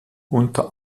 unter